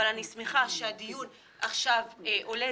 אבל אני שמחה שהדיון עכשיו עולה,